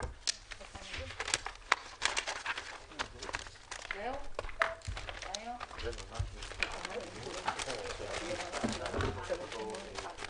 בשעה 13:37.